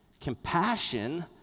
Compassion